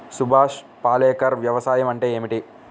సుభాష్ పాలేకర్ వ్యవసాయం అంటే ఏమిటీ?